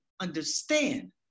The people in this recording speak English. understand